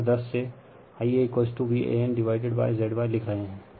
figure 10 से Ia Van divided by ZY लिख रहे हैं